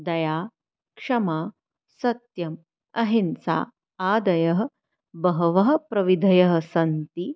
दया क्षमा सत्यम् अहिंसा आदयः बहवः प्रविधयः सन्ति